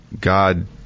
God